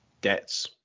debts